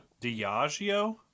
Diageo